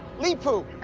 leepu.